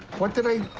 what did i